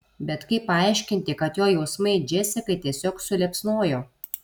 bet kaip paaiškinti kad jo jausmai džesikai tiesiog suliepsnojo